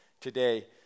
today